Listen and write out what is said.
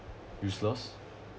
useless